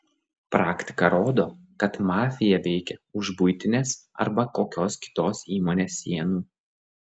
praktika rodo kad mafija veikia už buitinės arba kokios kitos įmonės sienų